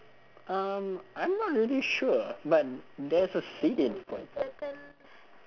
um I'm not really sure but there's a seed in